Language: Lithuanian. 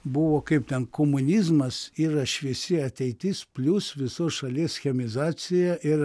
buvo kaip ten komunizmas yra šviesi ateitis plius visos šalies chemizacija ir